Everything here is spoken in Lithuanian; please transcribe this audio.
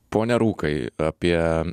ponr rūkai apie